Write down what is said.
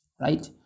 right